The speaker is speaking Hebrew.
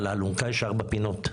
אבל באלונקה יש ארבע פינות,